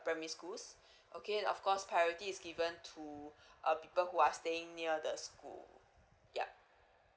primary schools okay and of course priority is given to uh people who are staying near the school yup